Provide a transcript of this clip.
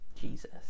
Jesus